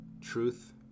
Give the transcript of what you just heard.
Truth